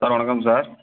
sir வணக்கம் sir